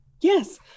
Yes